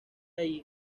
ahí